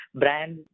brand